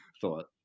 thought